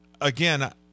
Again